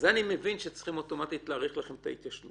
אז במקרה הזה אני מבין שצריכים אוטומטית להאריך לכם את ההתיישנות.